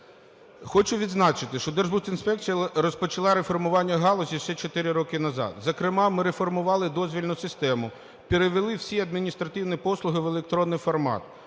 Хочу відзначити, що Держбудінспеція розпочала реформування галузі ще 4 роки назад. Зокрема, ми реформували дозвільну систему, перевели всі адміністративні послуги в електронний формат,